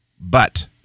But-